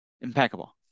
Impeccable